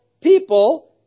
people